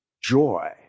joy